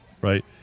right